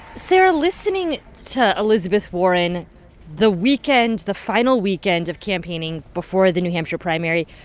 sarah, listening to elizabeth warren the weekend the final weekend of campaigning before the new hampshire primaries,